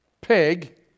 pig